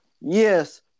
Yes